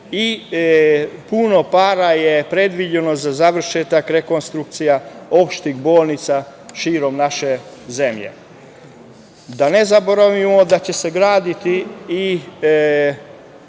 i puno para je predviđeno za završetak rekonstrukcija opštih bolnica širom naše zemlje. Da ne zaboravimo da će se graditi i